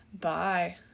Bye